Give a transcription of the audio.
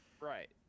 Right